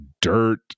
dirt